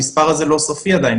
המספר הזה לא סופי עדיין,